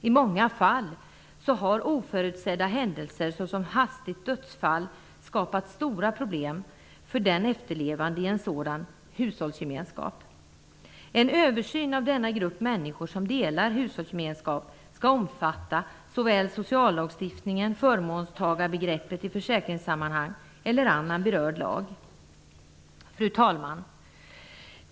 I många fall har oförutsedda händelser som hastigt dödsfall skapat stora problem för den efterlevande i en sådan hushållsgemenskap. En översyn av förhållandena för den grupp människor som delar hushållsgemenskap skall omfatta såväl sociallagstiftningen, förmånstagarbegreppet i försäkringssammanhang som annan berörd lag. Fru talman!